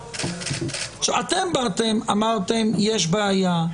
אתם באתם ואמרתם: יש בעיה,